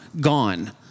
gone